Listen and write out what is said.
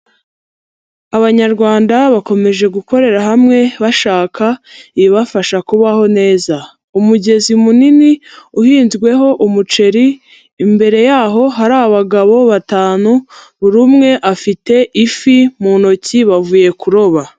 Abanyarwanda bakomeje gukorera hamwe bashaka ibibafasha kubaho neza, umugezi munini uhinzweho umuceri, imbere yaho hari abagabo batanu, buri umwe afite ifi mu ntoki bavuye kuroba.